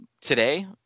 today